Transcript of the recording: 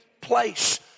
place